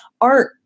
art